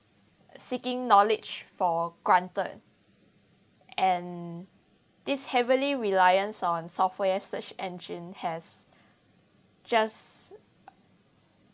seeking knowledge for granted and this heavily reliance on software search engine has just